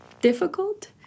difficult